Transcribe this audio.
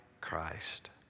Christ